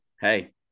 hey